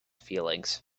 feelings